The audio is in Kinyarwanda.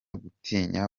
gutinya